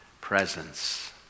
presence